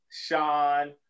Sean